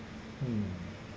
mm